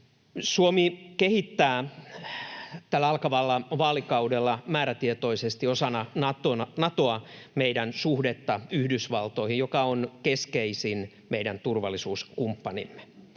Suomi kehittää tällä alkavalla vaalikaudella määrätietoisesti osana Natoa meidän suhdetta Yhdysvaltoihin, joka on meidän keskeisin turvallisuuskumppanimme.